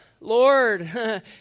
Lord